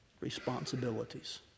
responsibilities